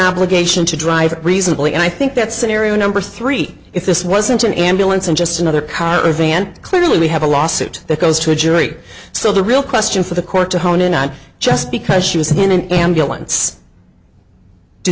obligation to drive reasonably and i think that scenario number three if this wasn't an ambulance and just another car or van clearly we have a lawsuit that goes to a jury so the real question for the court to hone in on just because she was in an ambulance do